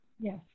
Yes